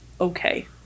okay